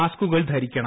മാസ്കുകൾ ധരിക്കണം